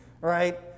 Right